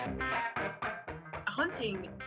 hunting